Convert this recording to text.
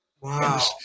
Wow